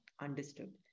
understood